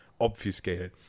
obfuscated